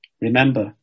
Remember